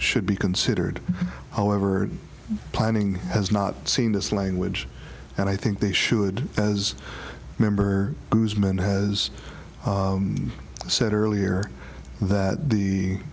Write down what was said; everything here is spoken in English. should be considered however planning has not seen this language and i think they should as a member who's been has said earlier that the